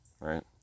right